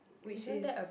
which is